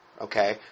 okay